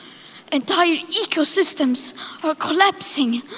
entire ecosystems are collapsing.